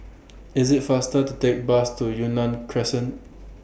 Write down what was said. IS IT faster to Take Bus to Yunnan Crescent